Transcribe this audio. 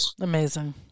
Amazing